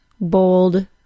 bold